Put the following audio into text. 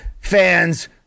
fans